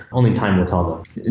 only time will tell though.